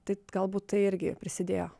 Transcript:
taip galbūt tai irgi prisidėjo